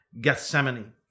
Gethsemane